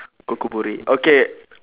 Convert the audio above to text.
okay